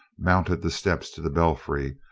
mounted the steps to the belfry,